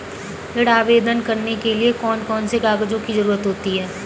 ऋण आवेदन करने के लिए कौन कौन से कागजों की जरूरत होती है?